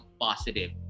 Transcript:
positive